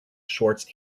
shorts